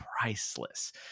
priceless